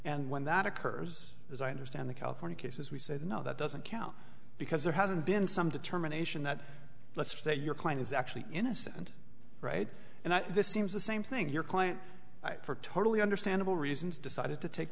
and when that occurs as i understand the california case as we said no that doesn't count because there hasn't been some determination that let's say your client is actually innocent and this seems the same thing your client for totally understandable reasons decided to take